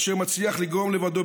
אשר מצליח לגרום לבדו,